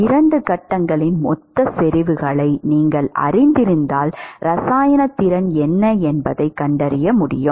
இரண்டு கட்டங்களின் மொத்த செறிவுகளை நீங்கள் அறிந்திருந்தால் இரசாயன திறன் என்ன என்பதைக் கண்டறிய முடியும்